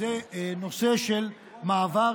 זה הנושא של מעבר